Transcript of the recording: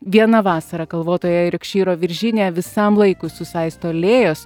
viena vasara kalvotoje riokšyro viržynėje visam laikui susaisto lėjos